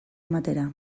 ematera